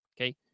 okay